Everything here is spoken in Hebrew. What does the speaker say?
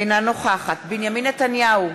אינה נוכחת בנימין נתניהו,